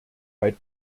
bei